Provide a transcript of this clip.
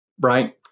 Right